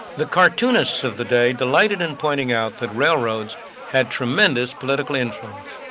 the cartoonists of the day delighted in pointing out that railroads had tremendous political intrigues,